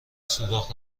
سوراخ